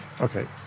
Okay